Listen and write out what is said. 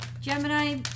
Gemini